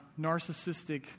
narcissistic